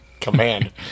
Command